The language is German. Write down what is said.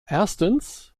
erstens